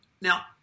Now